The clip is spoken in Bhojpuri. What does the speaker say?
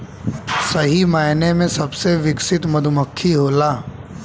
सही मायने में सबसे विकसित मधुमक्खी होला